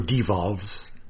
devolves